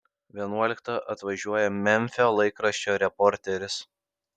vienuoliktą atvažiuoja memfio laikraščio reporteris